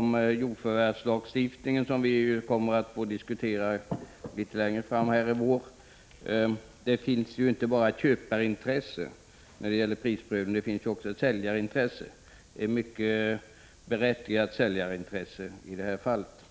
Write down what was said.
om jordförvärvslagstiftningen, som vi kommer att få diskutera litet längre fram i vår. Det finns ju inte bara ett köparintresse när det gäller prisprövningen. Det finns också ett säljarintresse, ett mycket berättigat säljarintresse i det här fallet.